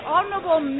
Honourable